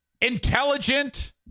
intelligent